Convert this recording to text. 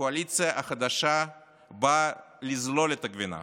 הקואליציה החדשה באה לזלול את הגבינה.